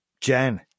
Jen